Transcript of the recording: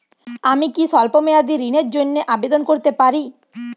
আমি কি স্বল্প মেয়াদি ঋণের জন্যে আবেদন করতে পারি?